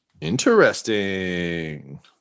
interesting